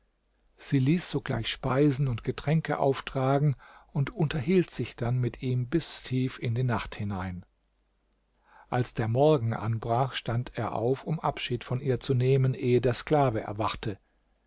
sie ließ sogleich speisen und getränke auftragen und unterhielt sich dann mit ihm bis tief in die nacht hinein als der morgen anbrach stand er auf um abschied von ihr zu nehmen ehe der sklave erwachte